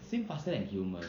swim faster than humans